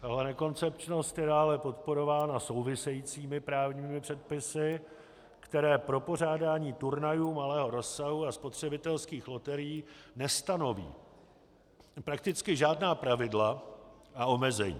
Jeho nekoncepčnost je dále podporována souvisejícími právními předpisy, které pro pořádání turnajů malého rozsahu a spotřebitelských loterií nestanoví prakticky žádná pravidla a omezení.